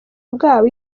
bwabo